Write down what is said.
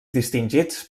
distingits